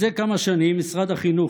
זה כמה שנים משרד החינוך,